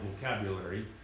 vocabulary